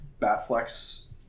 Batflex